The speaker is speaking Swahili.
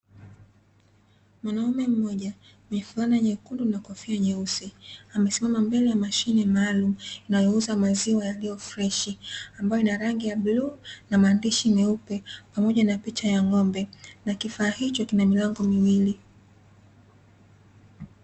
Mwanaume mmoja mwenye fulana nyekundu na kofia nyeusi, amesimama mbele ya mashine maalumu inayouuza maziwa yaliyo freshi. Ambayo ina rangi ya bluu na maandishi meupe pamoja na picha ya ng'ombe, na kifaa hicho kina milango miwili.